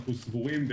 אנחנו סבורים,